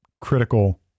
critical